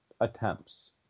attempts